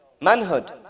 manhood